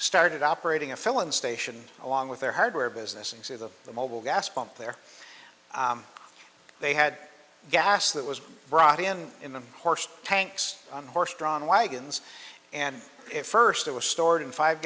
started operating a filling station along with their hardware business and see the the mobile gas pump there they had gas that was brought in in the course tanks on horse drawn wagons and it first it was stored in five